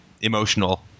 emotional